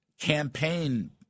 campaign